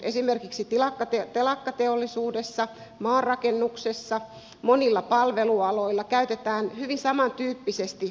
esimerkiksi telakkateollisuudessa maanrakennuksessa monilla palvelualoilla käytetään hyvin samantyyppisesti alihankintaa